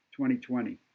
2020